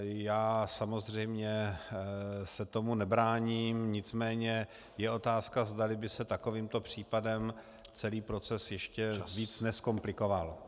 Já samozřejmě se tomu nebráním, nicméně je otázka, zdali by se takovýmto případem celý proces ještě víc nezkomplikoval.